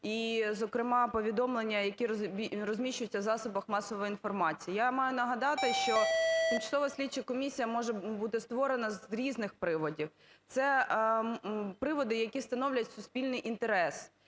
і, зокрема, повідомлення, які розміщуються в засобах масової інформації. Я маю нагадати, що тимчасова слідча комісія може бути створена з різних приводів. Це приводи, які становлять суспільний інтерес.